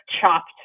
chopped